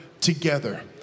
together